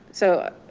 so,